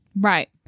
right